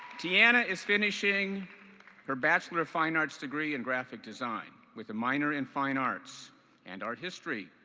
tianna is finishing her bachelor of fine arts degree in graphic design with a minor in fine arts and art history.